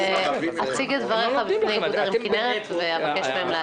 אציג את דבריך בפני איגוד ערים כנרת ואבקש מהם להתייחס.